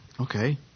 okay